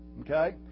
Okay